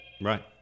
Right